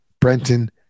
Brenton